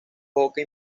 poca